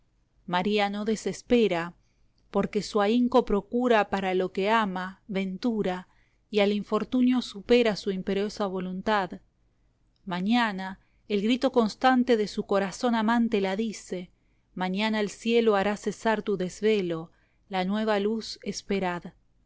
no desespera porque su ahinco procura para lo que ama ventura y al infortunio supera su imperiosa voluntad mañana el grito constante de su corazón amante la dice mañana el cielo hará cesar tu desvelo la nueva luz esperad la